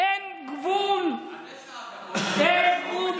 עד איזו שעה אתה פה?